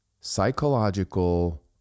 psychological